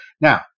Now